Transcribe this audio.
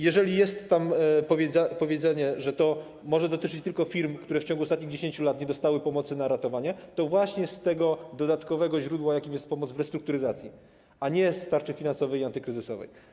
Jeżeli jest tam powiedziane, że to może dotyczyć tylko firm, które w ciągu ostatnich 10 lat nie dostały pomocy na ratowanie, to chodzi właśnie o pomoc z tego dodatkowego źródła, jakim jest pomoc w restrukturyzacji, a nie o tarcze finansową i antykryzysową.